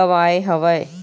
गवाए हवय